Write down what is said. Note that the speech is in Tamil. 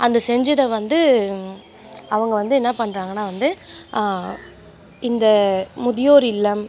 அந்த செஞ்சதை வந்து அவங்க வந்து என்ன பண்ணுறாங்கன்னா வந்து இந்த முதியோர் இல்லம்